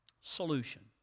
solution